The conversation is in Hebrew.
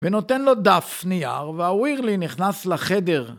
ונותן לו דף נייר, והווירלי נכנס לחדר.